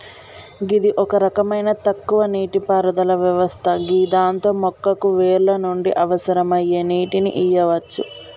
గిది ఒక రకమైన తక్కువ నీటిపారుదల వ్యవస్థ గిదాంతో మొక్కకు వేర్ల నుండి అవసరమయ్యే నీటిని ఇయ్యవచ్చు